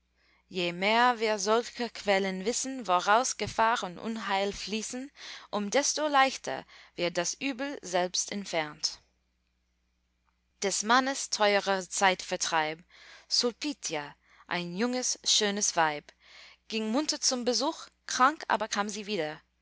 je mehr wir solcher quellen wissen woraus gefahr und unheil fließen um desto leichter wird das übel selbst entfernt des mannes teurer zeitvertreib sulpitia ein junges schönes weib ging munter zum besuch krank aber kam sie wieder